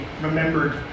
remembered